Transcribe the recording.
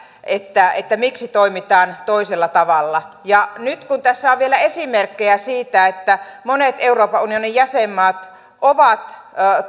miksi toimitaan toisella tavalla ja nyt kun tässä on vielä esimerkkejä siitä että monet euroopan unionin jäsenmaat ovat